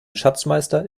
schatzmeister